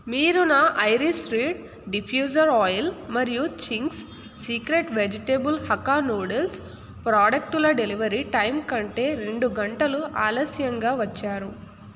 మీరు నా Iris reed diffuser oil మరియు Ching's secret vegetable hakka noodles ప్రోడక్టుల డెలివరీ టైం కంటే రెండు గంటలు ఆలస్యంగా వచ్చారు